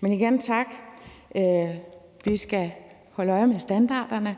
Men igen tak. Vi skal holde øje med standarderne.